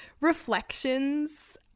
reflections